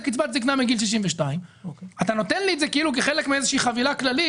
קצבת הזקנה מגיל 62. אתה נותן לי את זה כחלק מאיזושהי חבילה כללית